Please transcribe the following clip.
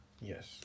Yes